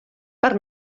per